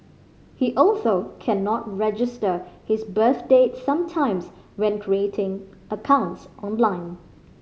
he also cannot register his birth date sometimes when creating accounts online